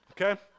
Okay